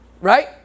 Right